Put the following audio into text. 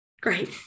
Great